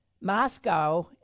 Moscow